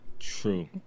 true